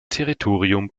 territorium